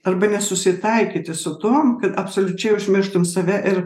arba nesusitaikyti su tuo kad absoliučiai užmirštum save ir